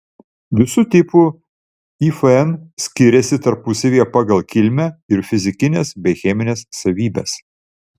visų tipų ifn skiriasi tarpusavyje pagal kilmę ir fizikines bei chemines savybes